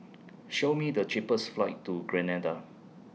Show Me The cheapest flights to Grenada